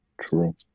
True